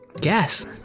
guess